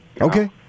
Okay